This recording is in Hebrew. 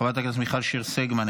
חברת הכנסת מיכל שיר סגמן,